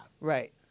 Right